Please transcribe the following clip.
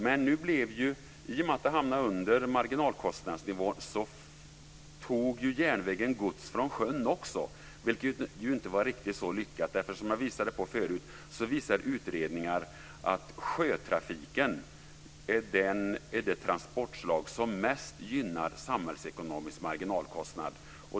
Men i och med att man hamnade under marginalkostnadsnivån tog järnvägen gods från sjön också, vilket inte var så lyckat. Som jag sade förut visar utredningar att sjötrafiken är det transportslag som är bäst samhällsekonomiskt.